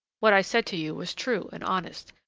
what i said to you was true and honest,